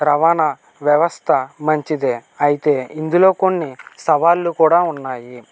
రవాణా వ్యవస్థ మంచిదే అయితే ఇందులో కొన్ని సవాళ్లు కూడా ఉన్నాయి